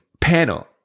panel